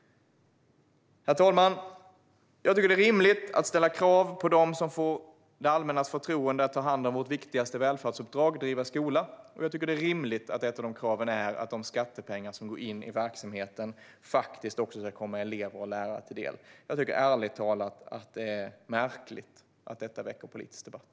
Herr talman! Jag tycker att det är rimligt att ställa krav på dem som får det allmännas förtroende att ta hand om vårt viktigaste välfärdsuppdrag, att driva skola. Och jag tycker att det är rimligt att ett av de kraven är att de skattepengar som går in i verksamheten faktiskt också ska komma elever och lärare till del. Jag tycker ärligt talat att det är märkligt att detta väcker politisk debatt.